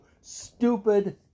stupid